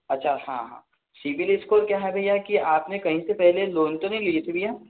अच्छा हाँ हाँ सिबिल स्कोर क्या है भैया कि आपने कहीं से पहले लोन तो नहीं लिया था भैया